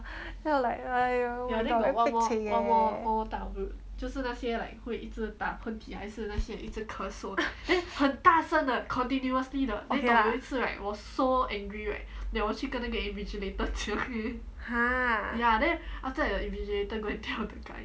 then I was like !aiyo! !walao! eh pek chek eh okay lah ha